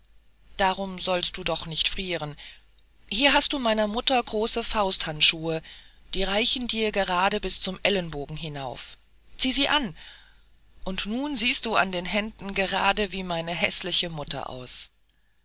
darum sollst du doch nicht frieren hier hast du meiner mutter große fausthandschuhe die reichen dir gerade bis zum ellenbogen hinauf ziehe sie an nun siehst du an den händen gerade wie meine häßliche mutter aus